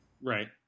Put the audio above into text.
Right